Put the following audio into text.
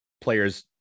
players